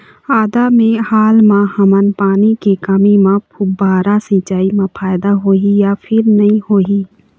आदा मे हाल मा हमन पानी के कमी म फुब्बारा सिचाई मे फायदा होही या फिर नई होही?